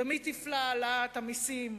במי יפגעו העלאת המסים,